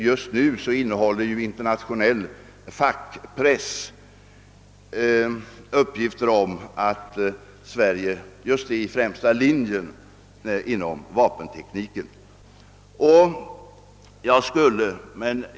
Just nu innehåller internationell fackpress uppgifter om att Sverige är i främsta ledet när det gäller vapentekniken.